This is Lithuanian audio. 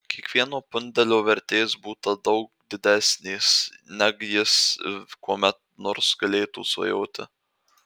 kiekvieno pundelio vertės būta daug didesnės neg jis kuomet nors galėtų svajoti